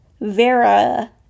Vera